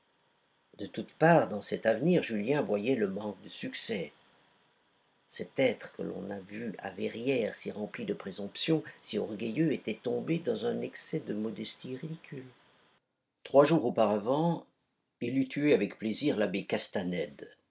de toutes parts dans cet avenir julien voyait le manque de succès cet être que l'on a vu à verrières si rempli de présomption si orgueilleux était tombé dans un excès de modestie ridicule trois jours auparavant il eût tué avec plaisir l'abbé castanède